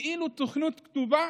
כאילו לפי תוכנית כתובה